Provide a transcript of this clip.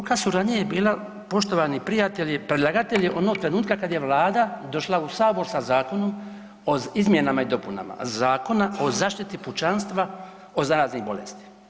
Ruka suradnje je bila poštovani prijatelji predlagatelji onog trenutka kada je Vlada došla u Sabor sa Zakonom o izmjenama i dopunama Zakona o zaštiti pučanstva od zaraznih bolesti.